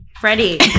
Freddie